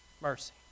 mercy